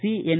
C N